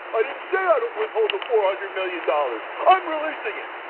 i didn't say i was withholding four hundred million dollars. i'm releasing it.